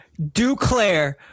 Duclair